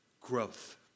growth